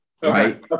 right